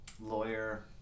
lawyer